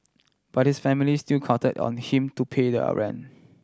but his family still counted on him to pay their rent